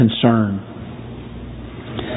concern